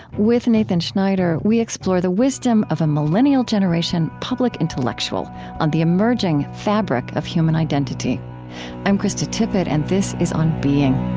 with nathan schneider, we explore the wisdom of a millennial generation public intellectual on the emerging fabric of human identity i'm krista tippett, and this is on being